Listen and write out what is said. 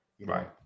Right